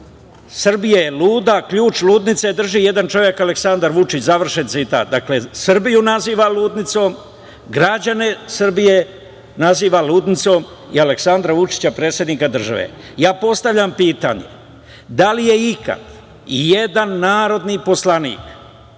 Srbije je luda. Ključ ludnice drži jedan čovek, Aleksandar Vučić, završen citat. Dakle, Srbiju naziva ludnicom, građane Srbije naziva ludnicom i Aleksandra Vučića predsednika države. Ja postavljam pitanje – da li je ikada ijedan narodni poslanik